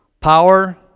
power